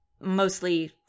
mostly